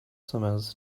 summers